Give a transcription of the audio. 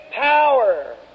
power